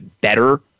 better